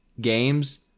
games